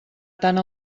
tant